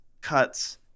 cuts